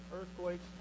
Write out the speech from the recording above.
earthquakes